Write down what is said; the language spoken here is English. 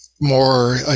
more